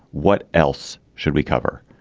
what else should we cover.